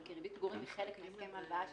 כי ריבית פיגורים היא חלק מהסכם הלוואה ש